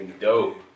dope